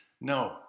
No